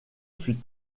fut